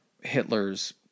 Hitler's